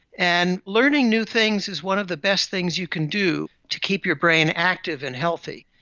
and learning new things is one of the best things you can do to keep your brain active and healthy.